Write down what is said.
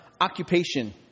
occupation